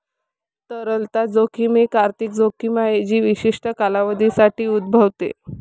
तरलता जोखीम एक आर्थिक जोखीम आहे जी विशिष्ट कालावधीसाठी उद्भवते